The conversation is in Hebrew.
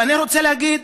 אבל אני רוצה להגיד,